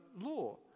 law